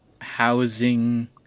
housing